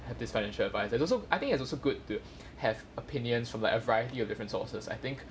have this financial advisor and also I think it's also good to have opinions from like a variety of different sources I think